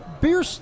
beer